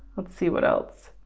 let's see what else.